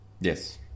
Yes